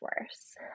worse